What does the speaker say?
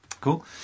Cool